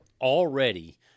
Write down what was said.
already